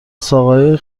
ساقههای